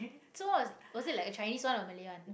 so was was it like Chinese one or Malay one